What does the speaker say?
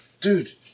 Dude